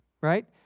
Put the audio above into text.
right